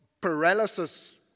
paralysis